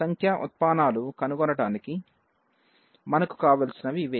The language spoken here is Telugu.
సంఖ్యా ఉత్పానాలు కనుగొనడానికి మనకు కావలసినవి ఇవే